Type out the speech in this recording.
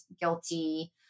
guilty